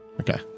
Okay